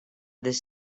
this